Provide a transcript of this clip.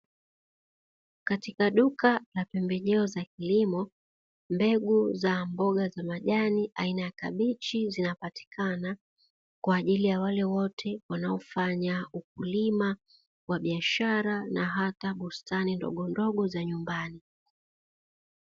Katika duka na pembejeo za kilimo, mbegu za mboga za majani aina ya kabichi zina patikana kwa ajili ya wale wote wanaofanya ukulima wa biashara na hata bustani ndogondogo za nyumbani.